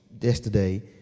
yesterday